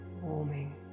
Warming